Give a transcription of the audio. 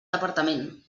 departament